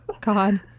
God